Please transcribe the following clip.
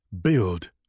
build